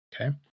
okay